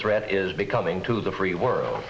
threat is becoming to the free world